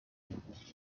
seven